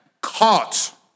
caught